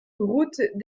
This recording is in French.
route